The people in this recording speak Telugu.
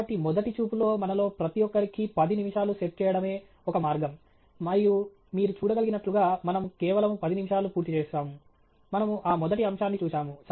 కాబట్టి మొదటి చూపులో మనలో ప్రతి ఒక్కరికీ పది నిమిషాలు సెట్ చేయడమే ఒక మార్గం మరియు మీరు చూడగలిగినట్లుగా మనము కేవలం పది నిమిషాలు పూర్తి చేసాము మనము ఆ మొదటి అంశాన్ని చూశాము